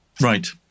Right